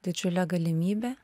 didžiulė galimybė